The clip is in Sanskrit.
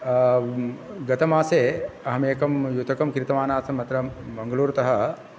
गतमासे अहं एकम् युतकम् क्रीतवान् आसम् अत्र मंगलूरुतः